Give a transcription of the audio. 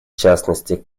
частности